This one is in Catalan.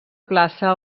plaça